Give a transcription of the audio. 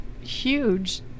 huge